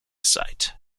site